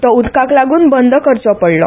तो उदकाक लागून बंद करचो पडला